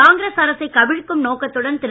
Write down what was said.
காங்கிரஸ் அரசைக் கவிழ்க்கும் நோக்கத்துடன் திரு